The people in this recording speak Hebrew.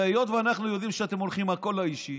הרי היות שאנחנו יודעים שאתם הולכים הכול אישי,